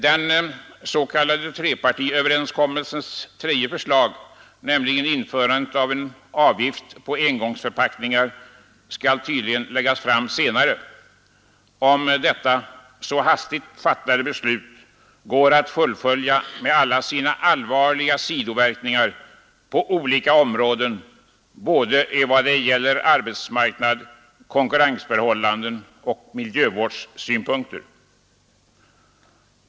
Den s.k. trepartiöverenskommelsens tredje förslag, nämligen om införande av en avgift på engångsförpackningar, skall tydligen läggas fram senare, om nu detta så hastigt fattade beslut går att fullfölja med alla sina allvarliga sidoverkningar på olika områden i vad gäller såväl arbetsmarknad och konkurrensförhållanden som miljövårdssynpunkter.